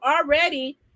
already